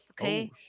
Okay